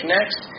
Next